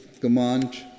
command